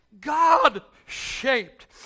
God-shaped